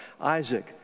Isaac